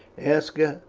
aska,